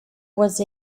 was